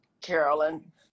carolyn